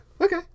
Okay